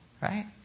right